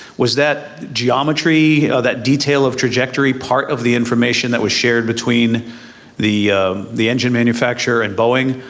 was that geometry, that detail of trajectory, part of the information that was shared between the the engine manufacturer and boeing,